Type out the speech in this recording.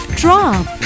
drop